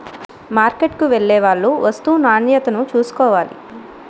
మార్కెట్కు వెళ్లేవాళ్లు వస్తూ నాణ్యతను చూసుకోవాలి